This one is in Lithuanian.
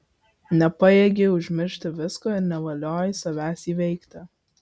nepajėgei užmiršti visko ir nevaliojai savęs įveikti